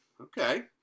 Okay